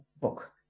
book